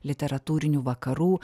literatūrinių vakarų